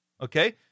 Okay